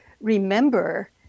remember